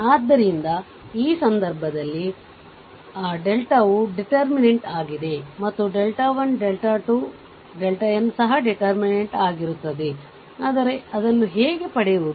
ಆದ್ದರಿಂದ ಈ ಸಂದರ್ಭದಲ್ಲಿ ಆ ವು ಡಿಟರ್ಮಿನೆಂಟ್ ಆಗಿದೆ ಮತ್ತು 1 2n ಸಹ ಡಿಟೇರ್ಮಿನೆಂಟ್ ಆಗಿರುತ್ತದೆ ಆದರೆ ಇದನ್ನು ಹೇಗೆ ಪಡೆಯುವುದು